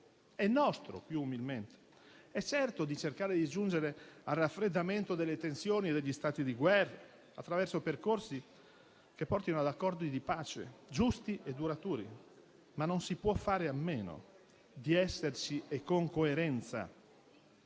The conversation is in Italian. mondiali dei Governi - è certamente cercare di giungere al raffreddamento delle tensioni e degli stati di guerra, attraverso percorsi che portino ad accordi di pace giusti e duraturi, non si può però fare a meno di esserci - e con coerenza